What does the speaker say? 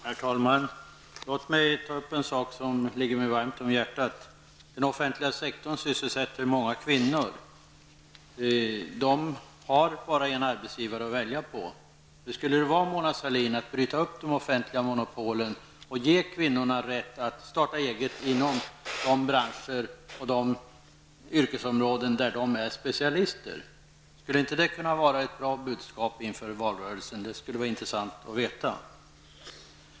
Herr talman! Låt mig ta upp en sak som ligger mig varmt om hjärtat. Den offentliga sektorn sysselsätter många kvinnor. De har bara en arbetsgivare att välja på. Hur skulle det vara, Mona Sahlin, att bryta upp de offentliga monopolen och ge kvinnorna rätt att starta eget inom de branscher och de yrkesområden där de är specialister? Skulle inte det vara ett bra budskap inför valrörelsen? Det skulle vara intressant att veta.